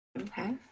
Okay